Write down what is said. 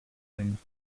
things